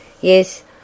Yes